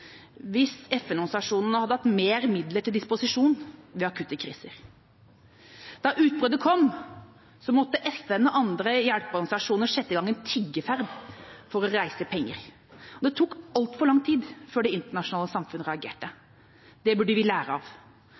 hvis FN-organisasjonene hadde hatt mer midler til disposisjon ved akutte kriser. Da utbruddet kom, måtte FN og andre hjelpeorganisasjoner sette i gang en tiggerferd for å reise penger. Det tok altfor lang tid før det internasjonale samfunnet reagerte. Det burde vi lære av.